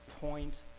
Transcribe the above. point